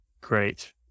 Great